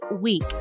week